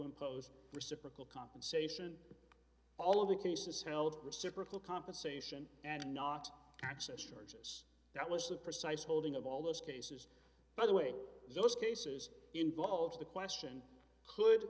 impose reciprocal compensation all of the cases held reciprocal compensation and not access churches that was the precise holding of all those cases by the way those cases involve the question could